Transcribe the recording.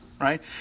right